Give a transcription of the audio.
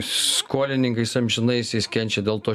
skolininkais amžinaisiais kenčia dėl to